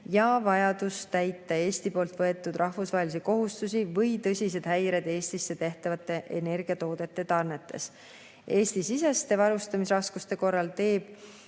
ja vajadus täita Eesti võetud rahvusvahelisi kohustusi või tõsised häired Eestisse tehtavate energiatoodete tarnetes. Eesti-siseste varustamisraskuste korral teeb